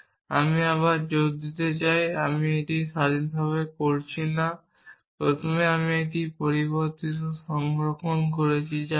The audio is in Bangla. আবার আমি জোর দিতে চাই আমি এটি স্বাধীনভাবে করছি না প্রথমে আমি এখন একটি পরিবর্তিত সংস্করণ দেখছি